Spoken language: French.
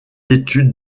études